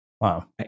Wow